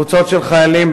קבוצות של חיילים,